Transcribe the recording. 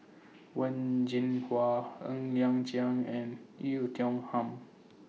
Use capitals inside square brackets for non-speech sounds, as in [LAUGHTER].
[NOISE] Wen Jinhua Ng Liang Chiang and Oei Tiong Ham